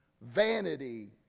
Vanity